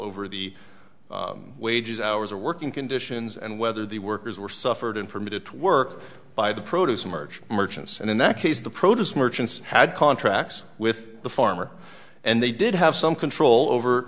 over the wages hours or working conditions and whether the workers were suffered and permitted to work by the produce emerge merchants and in that case the protos merchants had contracts with the farmer and they did have some control